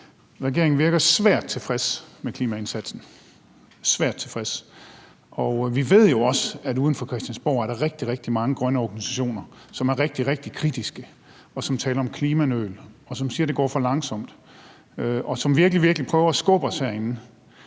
regeringen virker svært tilfreds med klimaindsatsen, svært tilfreds, og vi ved jo også, at der uden for Christiansborg er rigtig, rigtig mange grønne organisationer, som er rigtig, rigtig kritiske, og som taler om klimanøl, og som siger, at det går for langsomt, og som virkelig, virkelig prøver at skubbe os herinde.